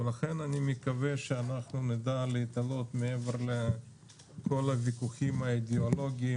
ולכן אני מקווה שאנחנו נדע להתעלות מעבר לכל הוויכוחים האידיאולוגיים,